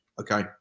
Okay